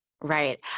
Right